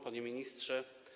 Panie Ministrze!